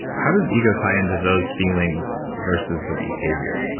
how does ego tie into those feelings versus the behavior?